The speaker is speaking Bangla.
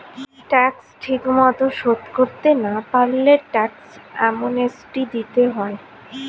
ট্যাক্স ঠিকমতো শোধ করতে না পারলে ট্যাক্স অ্যামনেস্টি দিতে হয়